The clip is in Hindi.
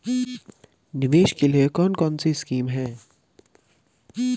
निवेश के लिए कौन कौनसी स्कीम हैं?